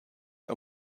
and